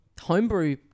homebrew